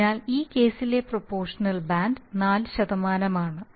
അതിനാൽ ഈ കേസിലെ പ്രൊപോഷണൽ ബാൻഡ് 4 ആണ്